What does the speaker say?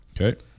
Okay